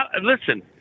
Listen